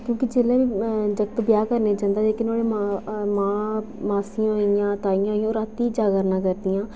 क्योंकि जेल्लै बी जागत ब्याह् करने गी जंदा जेह्के नुहाड़े मां मासी होइयां ताइयां होइयां ओह् रातीं जागरना करदियां